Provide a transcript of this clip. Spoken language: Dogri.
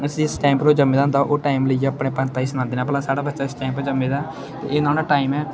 जिस टाइम पर ओह् जम्मे दा होंदा ओह् टाइम लेइयै अपने पंतै गी सनांदे न भला साढ़ा बच्चा इस टाइम पर जम्मे दा ऐ ते एह् न्हाढ़ा टाइम ऐ